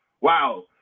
wow